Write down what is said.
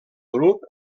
grup